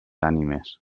ànimes